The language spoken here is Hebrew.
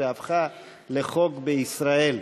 והפכה לחוק בישראל.